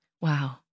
Wow